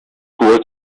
cubos